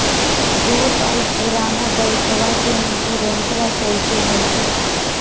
दू साल पुराना बाइकबा के इंसोरेंसबा कैसे मिलते?